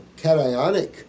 cationic